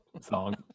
song